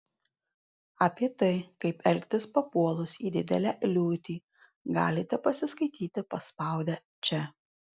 apie tai kaip elgtis papuolus į didelę liūtį galite pasiskaityti paspaudę čia